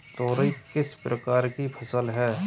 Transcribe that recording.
तोरई किस प्रकार की फसल है?